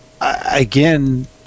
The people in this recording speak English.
again